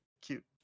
cute